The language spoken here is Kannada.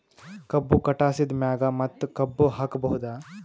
ಕಬ್ಬು ಕಟಾಸಿದ್ ಮ್ಯಾಗ ಮತ್ತ ಕಬ್ಬು ಹಾಕಬಹುದಾ?